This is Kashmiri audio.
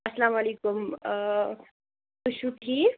اَلسَّلامُ علیکم تُہۍ چھُو ٹھیٖک